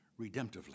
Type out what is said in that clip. redemptively